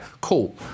Cool